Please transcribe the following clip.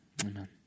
Amen